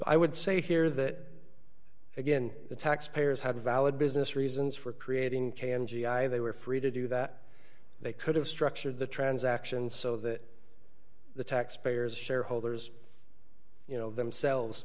i would say here that again the tax payers have a valid business reasons for creating can g i they were free to do that they could have structured the transaction so that the taxpayers shareholders you know themselves